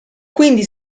quindi